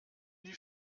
die